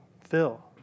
Phil